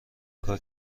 کار